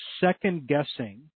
second-guessing